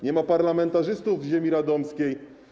Nie ma parlamentarzystów z ziemi radomskiej.